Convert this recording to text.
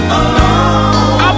alone